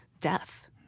death